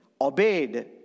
obeyed